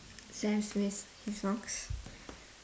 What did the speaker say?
sam smith his songs